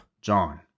John